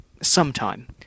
sometime